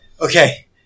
Okay